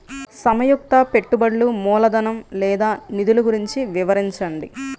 సంయుక్త పెట్టుబడులు మూలధనం లేదా నిధులు గురించి వివరించండి?